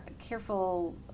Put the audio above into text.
careful